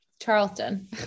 Charleston